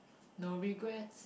no regrets